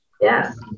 Yes